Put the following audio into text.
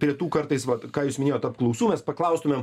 prie tų kartais vat ką jūs minėjot apklausų mes paklaustumėm